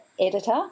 editor